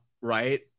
Right